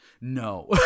No